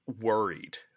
worried